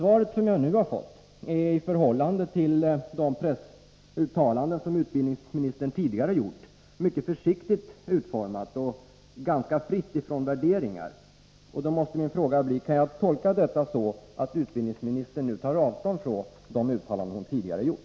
Det svar som jag nu har fått är, i förhållande till de pressuttalanden som utbildningsministern tidigare har gjort, mycket försiktigt utformat och ganska fritt från värderingar. Då måste min fråga bli: Kan jag tolka detta på sådant sätt att utbildningsministern nu tar avstånd från de uttalanden hon tidigare har gjort?